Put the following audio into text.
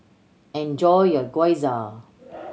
enjoy your Gyoza